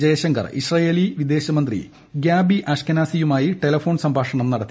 Jaishankar Israeli വിദേശമന്ത്രി Gabi ആഷ്കെനാസിയുമായി telephone സംഭാഷണം നടത്തി